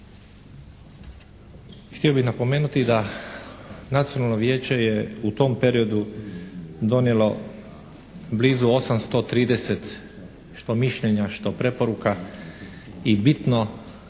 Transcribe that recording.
Htio bih napomenuti da Nacionalno vijeće je u tom periodu donijelo blizu 830 što mišljenja što preporuka i bitno